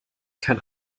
kein